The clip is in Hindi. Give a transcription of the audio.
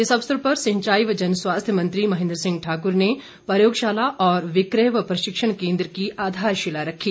इस अवसर पर सिंचाई व जनस्वास्थ्य मंत्री महेन्द्र सिंह ठाकुर ने प्रयोगशाला और विक्रय व प्रशिक्षण केंद्र की आधारशिला रखी